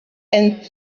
and